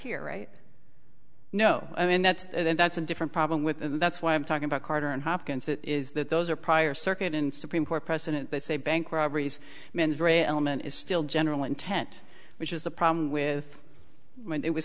here right no i mean that then that's a different problem with and that's why i'm talking about carter and hopkins is that those are prior circuit in supreme court precedent they say bank robberies mens rea element is still general intent which is a problem with